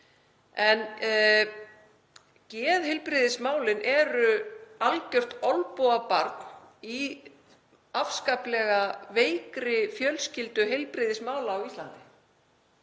Geðheilbrigðismálin eru algert olnbogabarn í afskaplega veikri fjölskyldu heilbrigðismála á Íslandi,